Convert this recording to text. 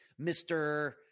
Mr